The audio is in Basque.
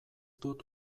dut